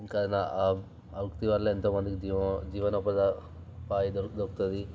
ఇంకా నా ఆ వృత్తి వల్ల ఎంతోమందికి జీవ జీవనోపద పాది కూడా దొరుకుతుంది